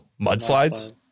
mudslides